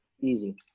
Easy